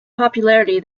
popularity